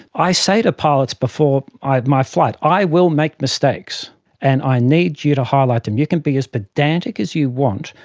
i say to pilots before my flight, i will make mistakes and i need you to highlight them. you can be as pedantic as you want,